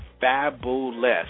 fabulous